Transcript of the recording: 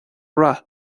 rath